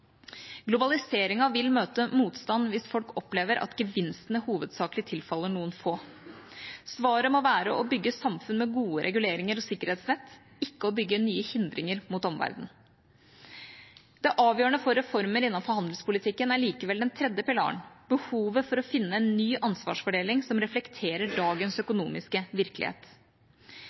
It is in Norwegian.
Globaliseringen vil møte motstand hvis folk opplever at gevinstene hovedsakelig tilfaller noen få. Svaret må være å bygge samfunn med gode reguleringer og sikkerhetsnett, ikke å bygge nye hindringer mot omverdenen. Det avgjørende for reformer innenfor handelspolitikken er likevel den tredje pilaren, behovet for å finne en ny ansvarsfordeling som reflekterer dagens økonomiske virkelighet.